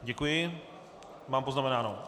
Děkuji, mám poznamenáno.